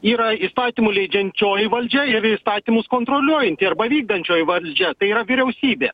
yra įstatymų leidžiančioji valdžia ir įstatymus kontroliuojanti arba vykdančioji valdžia tai yra vyriausybė